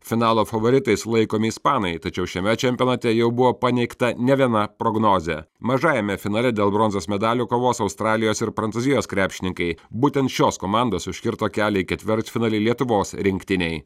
finalo favoritais laikomi ispanai tačiau šiame čempionate jau buvo paneigta nė viena prognozė mažajame finale dėl bronzos medalių kovos australijos ir prancūzijos krepšininkai būtent šios komandos užkirto kelią į ketvirtfinalį lietuvos rinktinei